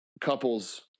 couples